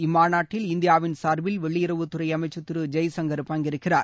இம்மாநாட்டில் இந்தியாவின் சார்பில் வெளியுறவுத்துறை அமைச்சர் திரு ஜெய்சங்கர் பங்கேற்கிறார்